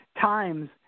times